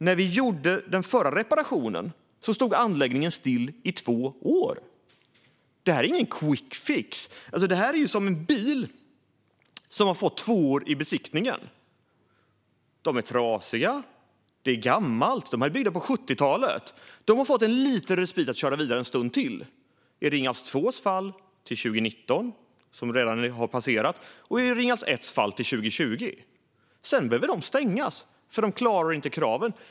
När vi gjorde den förra reparationen stod anläggningen stilla i två år. Det här är ingen quickfix. Det här är som en bil som fått tvåor i besiktningen. Anläggningarna är trasiga. De är gamla. De är byggda på 70-talet men har fått en liten respit att köra vidare en stund till - när det gäller Ringhals 2 till 2019, som redan har passerat, och när det gäller Ringhals 1 till 2020. Sedan behöver de stängas, för de klarar inte kraven.